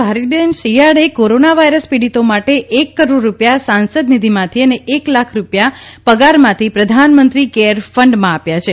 ભારતીબેન શિયાળે corona virus પીડિતો માટે એક કરોડ રૂ પિયા સાંસદ નિધિમાંથી અને એક લાખ રૂ પિયા પગારમાંથી પ્રધાનમંત્રી કેયર ફંડમાં આપ્યા છે